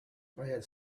had